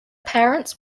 parents